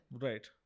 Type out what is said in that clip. Right